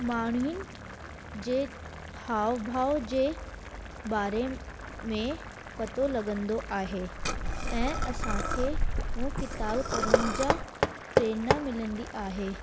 माण्हुनि जे हाव भाव जे बारे में पतो लॻंदो आहे ऐं असां खे हू किताब पढ़ण जा प्रेरणा मिलंदी आहे